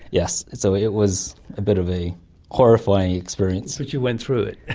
yes, so it was a bit of a horrifying experience. but you went through it.